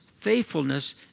faithfulness